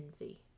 envy